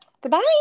Goodbye